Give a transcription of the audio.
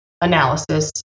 analysis